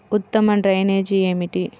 ఉత్తమ డ్రైనేజ్ ఏమిటి?